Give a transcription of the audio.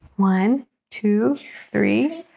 one two three,